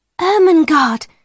Ermengarde